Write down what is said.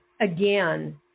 again